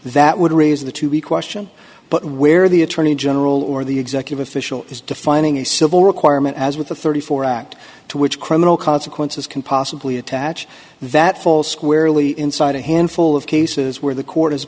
that would raise the to be question but where the attorney general or the executive official is defining a civil requirement as with the thirty four act to which criminal consequences can possibly attach that falls squarely inside a handful of cases where the